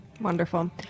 Wonderful